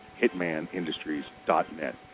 hitmanindustries.net